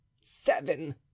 seven